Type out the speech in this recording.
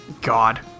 God